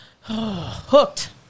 hooked